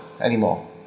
anymore